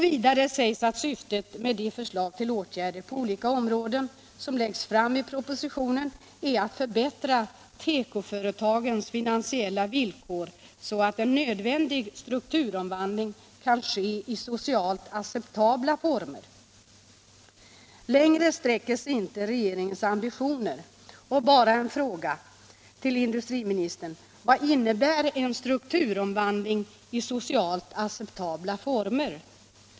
Vidare sägs att syftet med de förslag till åtgärder på olika områden som läggs fram i propositionen är att förbättra tekoföretagens finansiella villkor, så att den nödvändiga strukturomvandlingen kan ske i socialt acceptabla former. Längre sträcker sig inte regeringens ambitioner. Bara en fråga till industriministern: Vad innebär en strukturomvandling i socialt acceptabla former?